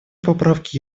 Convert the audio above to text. поправки